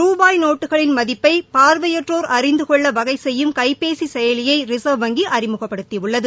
ரூபாய் நோட்டுகளின் மதிப்பை பார்வையற்றோர் அறிந்து கொள்ள வகை சுப்யும் கைபேசி செயலியை ரிசர்வ் வங்கி அறிமுகபடுத்தியுள்ளது